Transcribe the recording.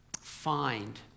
find